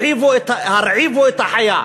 הרעיבו את החיה.